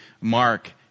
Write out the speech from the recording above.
Mark